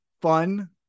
fun